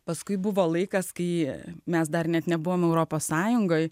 paskui buvo laikas kai mes dar net nebuvome europos sąjungoje